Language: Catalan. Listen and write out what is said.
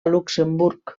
luxemburg